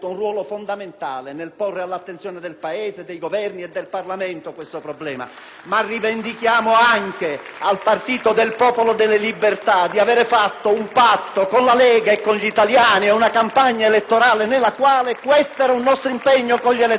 ma rivendichiamo anche al partito del Popolo della Libertà di aver stretto un patto con la Lega e con gli italiani e di aver svolto una campagna elettorale nella quale abbiamo preso questo impegno con gli elettori, ed oggi comincia questo cammino.